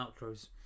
outros